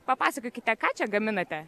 papasakokite ką čia gaminate